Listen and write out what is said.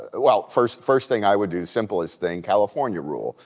ah well, first first thing i would do, simplest thing, california rule,